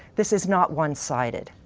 this is not one-sided.